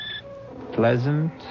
pleasant